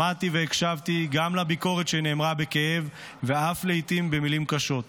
שמעתי והקשבתי גם לביקורת שנאמרה בכאב ואף לעיתים במילים קשות,